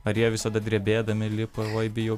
ar jie visada drebėdami lipa oi bijau